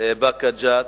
באקה ג'ת,